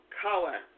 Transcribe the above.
color